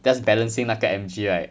just balancing 那个 M_G right